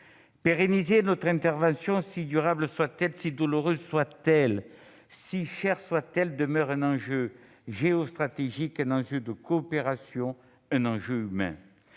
Pérenniser notre intervention, si durable soit-elle, si douloureuse soit-elle, si chère soit-elle, demeure un enjeu géostratégique, un enjeu de coopération, un enjeu humain.